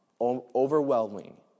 overwhelming